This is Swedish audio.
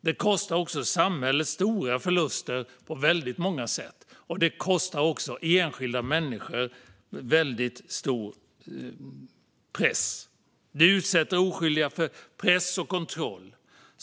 Det kostar också samhället stora förluster på väldigt många sätt och utsätter oskyldiga människor för press och kontroll.